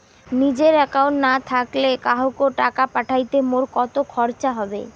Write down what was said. নিজের একাউন্ট না থাকিলে কাহকো টাকা পাঠাইতে মোর কতো খরচা হবে?